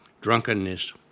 Drunkenness